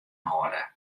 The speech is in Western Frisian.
hâlde